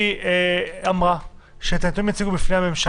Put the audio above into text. היא אמרה שיציגו בפני הממשלה.